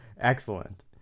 excellent